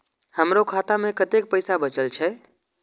हमरो खाता में कतेक पैसा बचल छे?